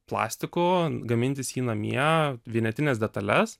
plastiku gamintis namie vienetines detales